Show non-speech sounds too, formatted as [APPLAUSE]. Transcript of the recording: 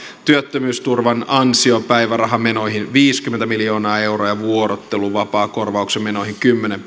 työttömyysturvan ansiopäivärahamenoihin viisikymmentä miljoonaa euroa ja vuorotteluvapaakorvauksen menoihin kymmenen [UNINTELLIGIBLE]